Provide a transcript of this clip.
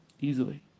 easily